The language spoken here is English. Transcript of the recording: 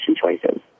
choices